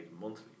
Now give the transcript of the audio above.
monthly